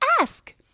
ask